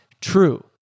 true